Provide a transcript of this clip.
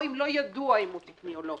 או אם לא ידוע אם הוא תקני או לא.